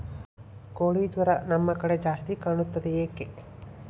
ಕೋಳಿ ಜ್ವರ ನಮ್ಮ ಕಡೆ ಜಾಸ್ತಿ ಕಾಣುತ್ತದೆ ಏಕೆ?